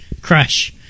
Crush